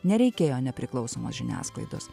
nereikėjo nepriklausomos žiniasklaidos